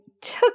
took